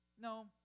No